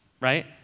Right